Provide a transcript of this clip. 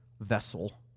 vessel